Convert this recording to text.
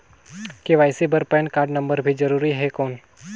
KYC बर PAN card number भी जरूरी हे कौन?